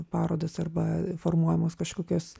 parodos arba formuojamos kažkokios